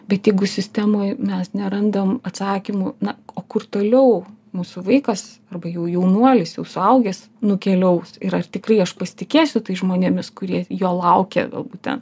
bet jeigu sistemoj mes nerandam atsakymų na o kur toliau mūsų vaikas arba jau jaunuolis jau suaugęs nukeliaus ir ar tikrai aš pasitikėsiu tais žmonėmis kurie jo laukia galbūt ten